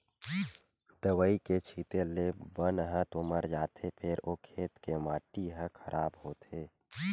दवई के छिते ले बन ह तो मर जाथे फेर ओ खेत के माटी ह खराब होथे